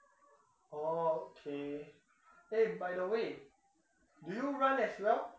orh okay eh by the way do you run as well